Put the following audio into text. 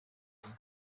guma